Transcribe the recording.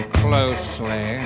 closely